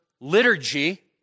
liturgy